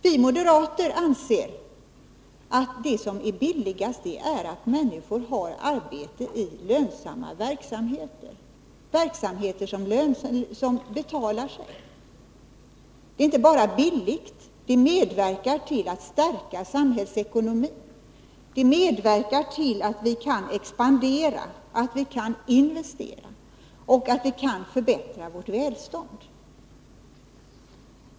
Vi moderater anser att det som är billigast är att människor har arbete i lönsamma verksamheter — verksamheter som betalar sig. Det är inte bara billigt. Det medverkar till att stärka samhällsekonomin. Det medverkar till att vi kan expandera, att vi kan investera och förbättra vårt välstånd.